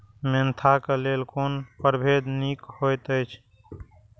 Mentha क लेल कोन परभेद निक होयत अछि?